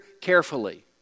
carefully